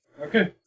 Okay